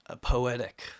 poetic